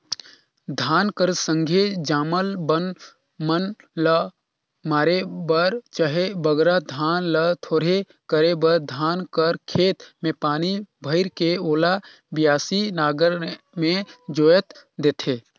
धान कर संघे जामल बन मन ल मारे बर चहे बगरा धान ल थोरहे करे बर धान कर खेत मे पानी भइर के ओला बियासी नांगर मे जोएत देथे